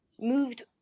moved